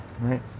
Right